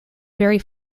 very